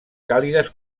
càlides